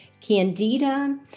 Candida